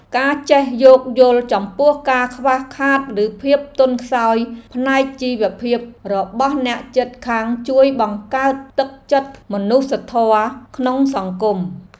ការចេះយោគយល់ចំពោះការខ្វះខាតឬភាពទន់ខ្សោយផ្នែកជីវភាពរបស់អ្នកជិតខាងជួយបង្កើតទឹកចិត្តមនុស្សធម៌ក្នុងសង្គម។